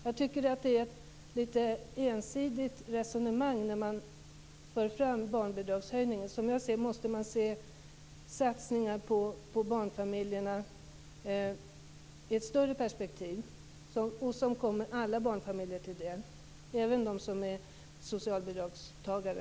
Jag tycker att det är ett litet ensidigt resonemang när man för fram barnbidragshöjningen? Jag tycker att man måste se satsningar på barnfamiljerna i ett större perspektiv och som kommer alla barnfamiljer till del, även de familjer som är socialbidragstagare.